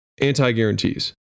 Anti-guarantees